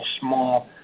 small